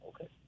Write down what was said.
Okay